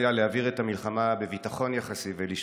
זה היה שם החיבה של מקס ליאונס במחתרת ההולנדית,